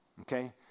Okay